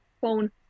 phone